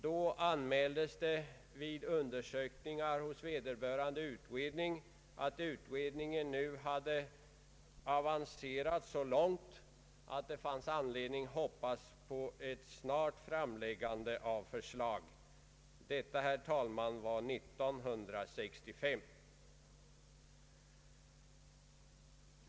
Då anmäldes vid undersökningar hos vederbörande utredning att denna avancerat så långt att det fanns anledning hoppas på ett snart framläggande av förslag. Detta, herr talman, var år 1965.